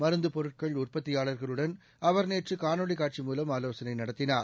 மருந்துப் பொருட்கள் உற்பத்தியாளர்களுடன் அவர் காணொளி காட்சி மூலம் ஆலோசளை நடத்தினார்